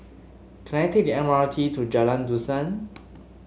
can I take the M R T to Jalan Dusan